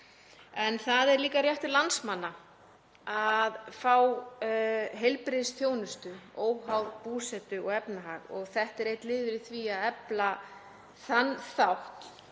Það er líka réttur landsmanna að fá heilbrigðisþjónustu óháð búsetu og efnahag og þetta er einn liður í því að efla þann þátt.